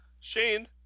Shane